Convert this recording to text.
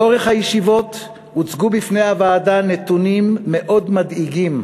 במהלך הישיבות הוצגו בפני הוועדה נתונים מאוד מדאיגים,